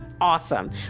awesome